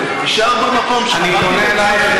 אני פונה אלייך,